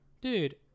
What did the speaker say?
Dude